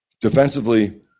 Defensively